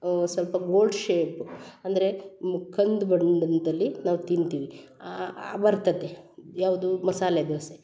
ಸ್ವಲ್ಪ gold shape ಅಂದರೆ ಕಂದ್ ನಾವು ತಿಂತೀವಿ ಬರ್ತತೆ ಯಾವುದು ಮಸಾಲೆ ದೋಸೆ